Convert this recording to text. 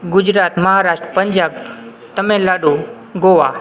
Gujarat Maharashtra Punjab Tamil Nadu Goa